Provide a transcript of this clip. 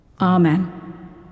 Amen